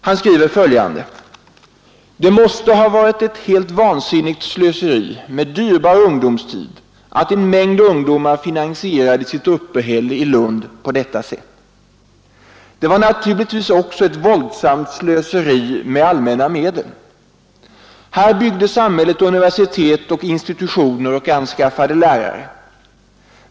Han skriver följande: ”Det måste ha varit ett helt vansinnigt slöseri med dyrbar ungdomstid, att en mängd ungdomar finansierade sitt uppehälle i Lund på detta sätt. Det var naturligtvis också ett våldsamt slöseri med allmänna medel. Här byggde samhället universitet och institutioner och anskaffade lärare.